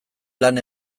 lan